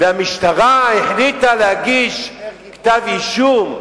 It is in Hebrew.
והמשטרה החליטה להגיש כתב אישום,